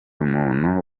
umuntu